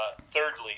thirdly